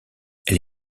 elle